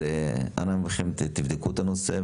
אנא, בדקו את הנושא.